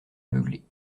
beugler